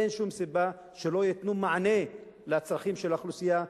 אין שום סיבה שלא ייתנו מענה לצרכים של האוכלוסייה,